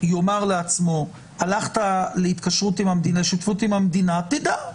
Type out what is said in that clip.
יאמר לעצמו הלכת לשותפות המדינה תדע,